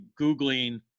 Googling